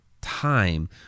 time